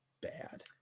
bad